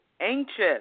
anxious